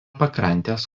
pakrantės